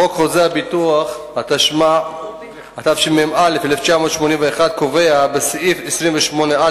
חוק חוזה הביטוח, התשמ"א 1981, קובע בסעיף 28א